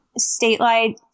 statewide